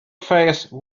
face